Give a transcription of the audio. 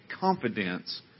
confidence